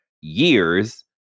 years